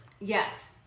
Yes